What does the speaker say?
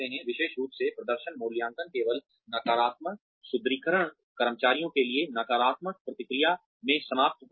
विशेष रूप से प्रदर्शन मूल्यांकन केवल नकारात्मक सुदृढीकरण कर्मचारियों के लिए नकारात्मक प्रतिक्रिया में समाप्त होता है